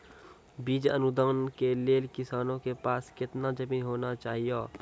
बीज अनुदान के लेल किसानों के पास केतना जमीन होना चहियों?